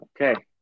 okay